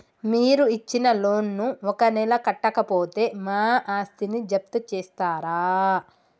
మీరు ఇచ్చిన లోన్ ను ఒక నెల కట్టకపోతే మా ఆస్తిని జప్తు చేస్తరా?